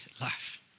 life